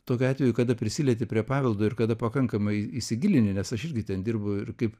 tokiu atveju kada prisilieti prie paveldo ir kada pakankamai įsigilini nes aš irgi ten dirbu ir kaip